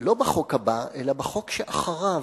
לא בחוק הבא אלא בחוק שאחריו,